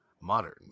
modern